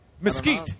Mesquite